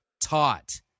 taught